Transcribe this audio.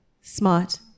smart